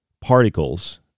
particles